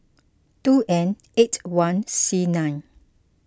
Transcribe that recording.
two N eight one C nine